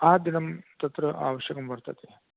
आदिनं तत्र आवश्यकं वर्तते